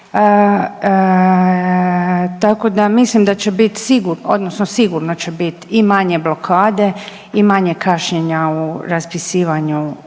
tako da mislim da će bit sigurno odnosno sigurno će bit i manje blokade i manje kašnjenja u raspisivanju